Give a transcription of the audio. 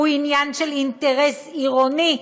הוא עניין של אינטרס עירוני,